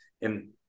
in-